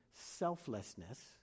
selflessness